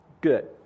good